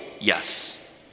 yes